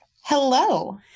hello